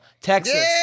Texas